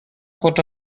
خود